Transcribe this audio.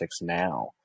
now